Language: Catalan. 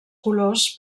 colors